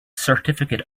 certificate